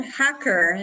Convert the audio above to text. hacker